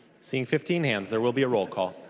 seeing fifteen hands there will be a roll call.